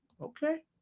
Okay